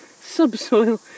subsoil